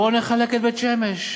בואו נחלק את בית-שמש.